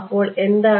അപ്പോൾ എന്താണ്